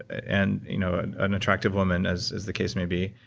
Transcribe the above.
and you know an an attractive woman, as as the case may be,